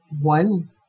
one